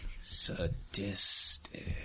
Sadistic